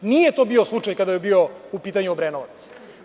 To nije bio slučaj kada je bio u pitanju Obrenovac.